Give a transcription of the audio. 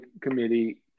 Committee